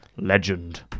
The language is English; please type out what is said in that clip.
Legend